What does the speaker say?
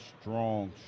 strong